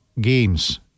games